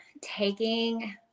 taking